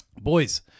Boys